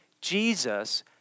Jesus